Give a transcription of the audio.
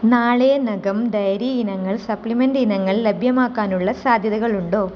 നാളെ നഖം ഡയറി ഇനങ്ങൾ സപ്ലിമെൻ്റ് ഇനങ്ങൾ ലഭ്യമാക്കാനുള്ള സാധ്യതകളുണ്ടോ